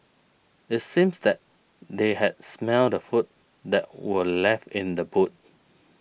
it seems that they had smelt the food that were left in the boot